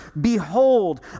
behold